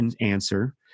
answer